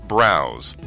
Browse